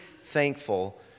thankful